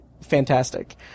fantastic